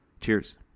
Cheers